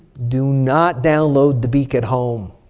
do not download dabiq at home.